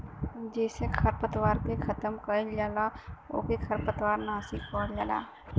जेसे खरपतवार के खतम कइल जाला ओके खरपतवार नाशी कहल जाला